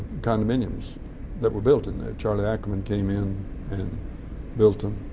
condominiums that were built in there. charlie ackerman came in and built them.